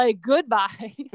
goodbye